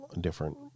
different